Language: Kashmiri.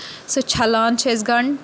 سُہ چھَلان چھُ أسۍ گَنڈٕ